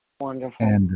Wonderful